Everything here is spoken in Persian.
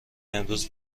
امروز